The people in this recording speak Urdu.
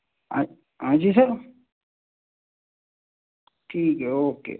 ہاں جی سر ٹھیک ہے اوکے